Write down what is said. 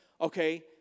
Okay